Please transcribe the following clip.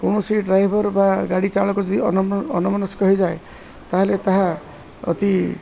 କୌଣସି ଡ୍ରାଇଭର୍ ବା ଗାଡ଼ି ଚାଳକୁ ଯଦି ଅନମ ଅନମନସ୍କ ହେଇଯାଏ ତା'ହେଲେ ତାହା ଅତି